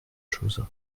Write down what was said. chose